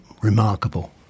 remarkable